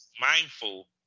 mindful